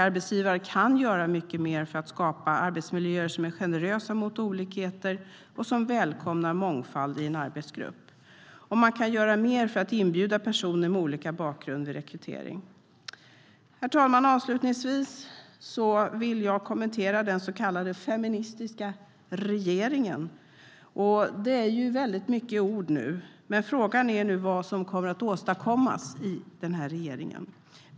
Arbetsgivare kan göra mycket mer för att skapa arbetsmiljöer som är generösa mot olikheter och som välkomnar mångfald i en arbetsgrupp. Herr talman! Avslutningsvis vill jag kommentera den så kallade feministiska regeringen. Det är väldigt mycket ord nu. Frågan är vad som kommer att åstadkommas av den här regeringen.